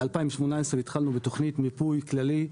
מ-2018 התחלנו בתכנית מיפוי כללית,